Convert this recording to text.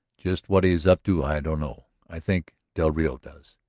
just what he is up to i don't know. i think del rio does.